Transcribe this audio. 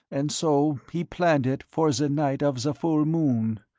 and so he planned it for the night of the full moon.